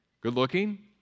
good-looking